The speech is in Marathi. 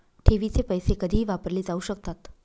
ठेवीचे पैसे कधीही वापरले जाऊ शकतात